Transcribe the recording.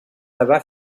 lavar